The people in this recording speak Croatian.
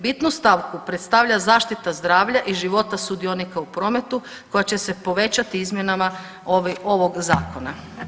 Bitnu stavku predstavlja zaštita zdravlja i života sudionika u prometu koja će se povećati izmjenama ovog zakona.